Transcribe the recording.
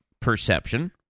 perception